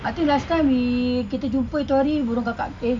I think last time we kita jumpa itu hari burung kakak eh